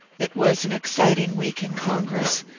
it was an exciting week in congress,